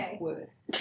worse